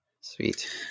sweet